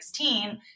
2016